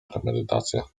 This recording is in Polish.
premedytacja